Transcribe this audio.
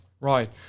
right